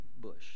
bush